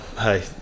hey